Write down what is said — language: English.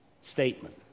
statement